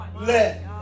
let